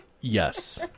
yes